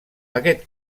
aquest